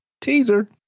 teaser